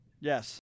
Yes